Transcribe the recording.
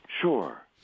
Sure